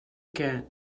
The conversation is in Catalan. que